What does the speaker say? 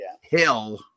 Hill